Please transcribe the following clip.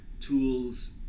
tools